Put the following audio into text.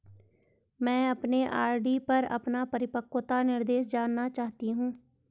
मैं अपने आर.डी पर अपना परिपक्वता निर्देश जानना चाहती हूँ